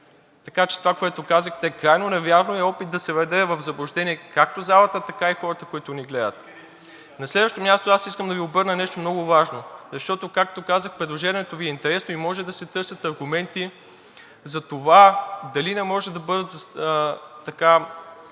Така че това, което казахте, е крайно невярно и е опит да се въведе в заблуждение както залата, така и хората, които ни гледат. На следващо място аз искам да Ви обърна внимание на нещо, което е много важно, защото, както казах, предложението Ви е интересно и може да се търсят аргументи за това дали не може да бъдат